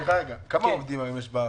כמה עובדים יש היום בחברה?